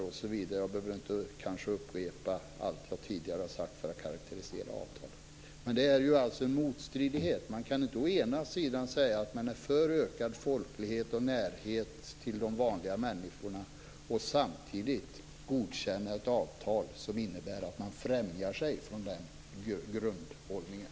Jag behöver kanske inte upprepa allt vad jag tidigare har sagt för att karakterisera avtalet. Men det finns en motstridighet. Man kan inte säga att man är för ökad folklighet och närhet till de vanliga människorna och samtidigt godkänna ett avtal som innebär att man fjärmar sig från den grundhållningen.